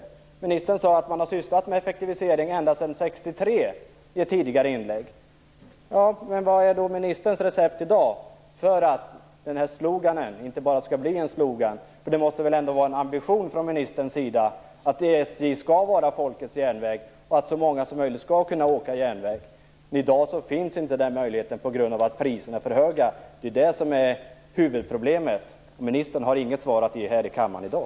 I ett tidigare inlägg sade ministern att man har sysslat med effektivisering ända sedan 1963. Vad är då ministerns recept i dag för att denna slogan inte bara skall bli en slogan? Det måste väl ändå vara en ambition från ministerns sida att SJ skall vara folkets järnväg och att så många som möjligt skall kunna åka tåg. Den möjligheten finns inte i dag på grund av att priserna är för höga. Det är detta som är huvudproblemet, och ministern har inget svar att ge här i kammaren i dag.